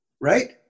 right